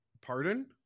Pardon